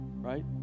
right